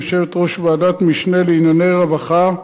יושבת-ראש ועדת משנה לענייני רווחה,